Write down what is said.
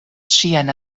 ŝian